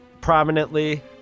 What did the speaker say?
prominently